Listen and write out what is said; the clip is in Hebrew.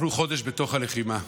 אנחנו חודש בתוך הלחימה,